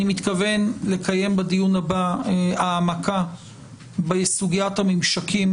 אני מתכוון לקיים בדיון הבא העמקה בסוגיית הממשקים